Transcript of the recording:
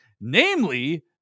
namely